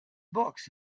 books